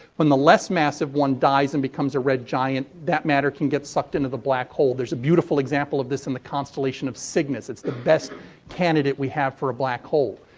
when the less massive one dies and becomes a red giant, that matter can get sucked into the black hole. there's a beautiful example of this in the constellation of cygnus. it's the best candidate we have for a black hole.